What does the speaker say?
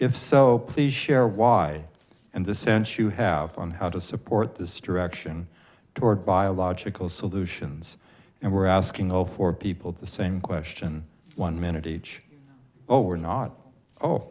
if so please share why and the sense you have on how to support this direction toward biological solutions and we're asking all four people the same question one minute each oh we're not oh